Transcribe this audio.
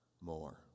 more